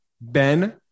Ben